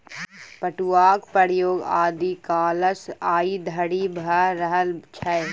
पटुआक प्रयोग आदि कालसँ आइ धरि भ रहल छै